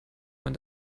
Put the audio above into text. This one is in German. man